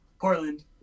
portland